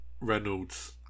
Reynolds